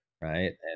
right